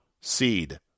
seed